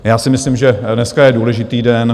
Já si myslím, že dneska je důležitý den.